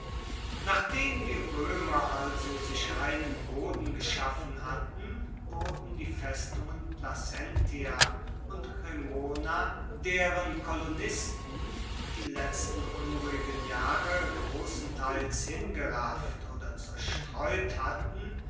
nachdem die roemer also sich reinen boden geschaffen hatten wurden die festungen placentia und cremona deren kolonisten die letzten unruhigen jahre grossenteils hingerafft oder zerstreut hatten